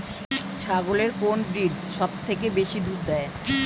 ছাগলের কোন ব্রিড সবথেকে বেশি দুধ দেয়?